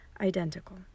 identical